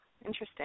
interesting